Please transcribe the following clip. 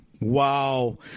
Wow